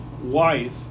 wife